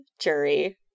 jury